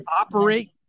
operate